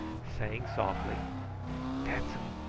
saying softly dat's um.